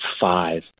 five